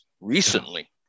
recently